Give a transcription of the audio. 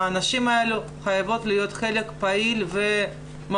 שהנשים האלו חייבות להיות חלק פעיל ומהותי